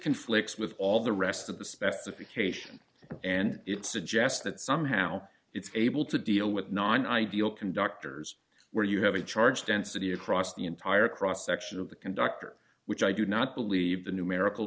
conflicts with all the rest of the specification and it suggests that somehow it's able to deal with non ideal conductors where you have a charge density across the entire cross section of the conductor which i do not believe the n